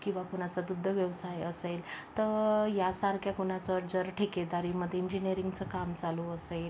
किंवा कुणाचं दुग्ध व्यवसाय असेल तर यासारख्या कुणाचं जर ठेकेदारीमध्ये इंजीनियरिंगचं काम चालू असेल